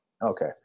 Okay